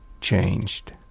changed